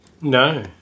No